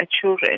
children